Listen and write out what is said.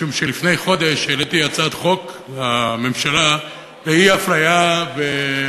משום שלפני חודש העליתי הצעת חוק על אי-אפליה בדיור,